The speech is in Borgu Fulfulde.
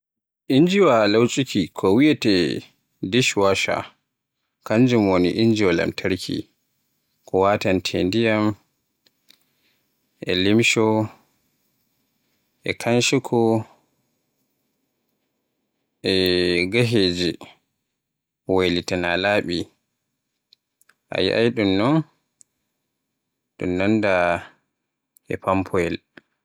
Inji lauccuki ko wiyeete "dishwasher" kanjum woni injiwa lamtarki ko wataane ndiyam e limsho, e kanshiko e gahege waylita naa laaɓi. A yi'ai ɗun non e nan da ba famfoyel.